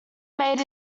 made